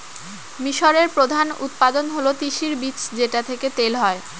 মিশরের প্রধান উৎপাদন হল তিসির বীজ যেটা থেকে তেল হয়